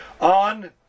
on